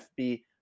FB